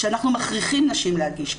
שאנחנו מכריחים נשים להגיש.